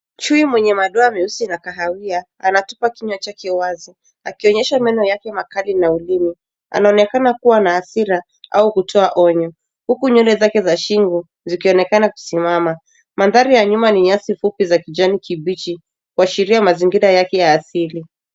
Chui mwenye madoa meusi na kahawia. Anatupa kinywa chake wazi akionyesha meno yake makali na ulimi . Anaonekana kuwa na hasira au kutoa onyo huku nywele zake za shingo zikionekana kusimama. Mandhari ya nyuma ni nyasi fupi za kijani kibichi, kuashiria mazingira yake ya asili.